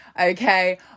okay